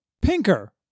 Pinker